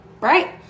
Right